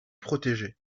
protégée